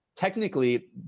Technically